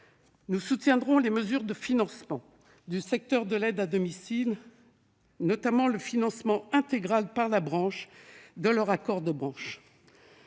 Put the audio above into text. Nous soutiendrons les mesures de financement du secteur de l'aide à domicile, notamment le financement intégral par la branche de leurs accords de branche.